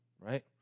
right